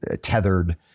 tethered